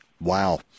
Wow